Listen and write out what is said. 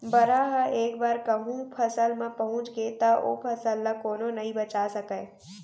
बरहा ह एक बार कहूँ फसल म पहुंच गे त ओ फसल ल कोनो नइ बचा सकय